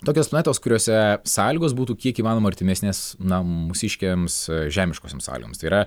tokios planetos kuriose sąlygos būtų kiek įmanoma artimesnės na mūsiškiams žemiškosioms sąlygoms tai yra